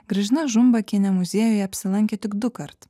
gražina žumbakienė muziejuje apsilankė tik dukart